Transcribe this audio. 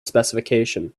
specification